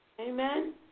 amen